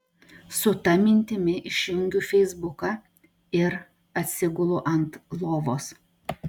su ta mintimi išjungiu feisbuką ir atsigulu ant lovos